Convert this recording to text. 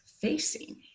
facing